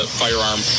firearm